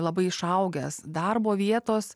labai išaugęs darbo vietos